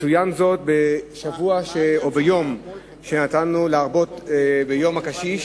צוין ביום הקשיש.